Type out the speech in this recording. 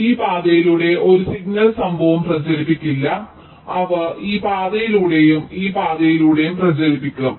അതിനാൽ ഈ പാതയിലൂടെ ഒരു സിഗ്നൽ സംഭവവും പ്രചരിപ്പിക്കില്ല അവ ഈ പാതയിലൂടെയും ഈ പാതയിലൂടെയും പ്രചരിപ്പിക്കും